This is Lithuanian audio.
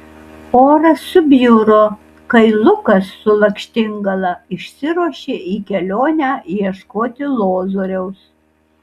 oras subjuro kai lukas su lakštingala išsiruošė į kelionę ieškoti lozoriaus